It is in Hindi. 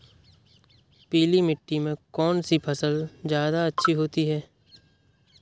पीली मिट्टी में कौन सी फसल ज्यादा अच्छी होती है?